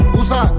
usa